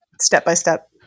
step-by-step